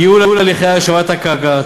ייעול הליכי השבת הקרקע,